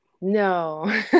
No